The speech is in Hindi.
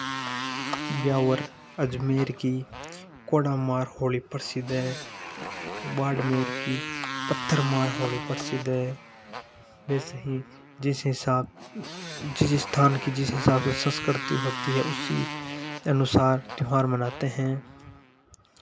ब्यावर अजमेर की कोड़ा मार होली प्रसिद्ध है बाड़मेर की पत्थर मार होली प्रसिद्ध है वैसे ही जिस हिसाब जिस स्थान की जिस हिसाब से संस्कृति होती है उसी अनुसार त्योहार मनाते हैं